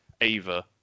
Ava